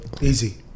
Easy